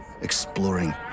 exploring